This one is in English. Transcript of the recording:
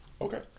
Okay